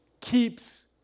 keeps